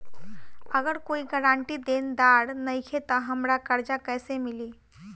अगर कोई गारंटी देनदार नईखे त हमरा कर्जा कैसे मिली?